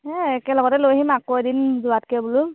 সেয়ে একেলগতে লৈ আহিম আকৌ এদিন যোৱাতকে বোলো